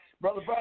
brother